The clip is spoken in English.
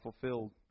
fulfilled